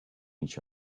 each